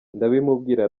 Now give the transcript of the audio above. ndabimubwira